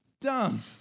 Dumb